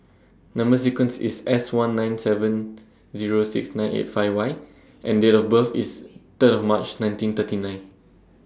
Number sequence IS S one nine seven Zero six nine eight five Y and Date of birth IS Third of March nineteen thirty nine